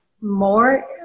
more